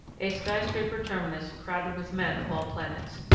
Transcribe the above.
a skyscraper terminus crowded with men of all planets.